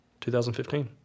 2015